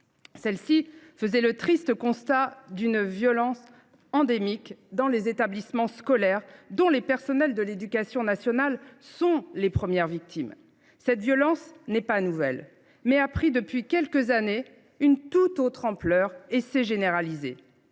Celle ci faisait le triste constat d’une violence endémique dans les établissements scolaires, violence dont les personnels de l’éducation nationale sont les premières victimes. Cette violence n’est pas nouvelle, mais elle a pris depuis quelques années une tout autre ampleur et s’est généralisée.